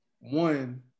one